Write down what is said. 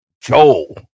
Joel